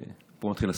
פה מתחיל הסיפור: